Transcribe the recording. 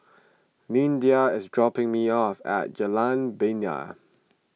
Lyndia is dropping me off at Jalan Bena